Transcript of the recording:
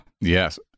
Yes